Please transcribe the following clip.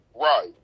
Right